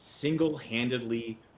single-handedly